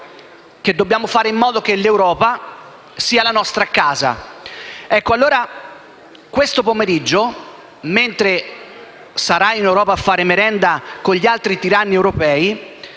che dobbiamo fare in modo che l'Europa sia la nostra casa. Questo pomeriggio, mentre sarà in Europa a fare merenda con gli altri tiranni europei,